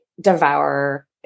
devour